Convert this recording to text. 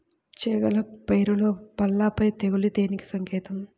చేగల పైరులో పల్లాపై తెగులు దేనికి సంకేతం?